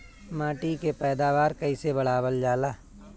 माटी के पैदावार कईसे बढ़ावल जाला?